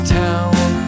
town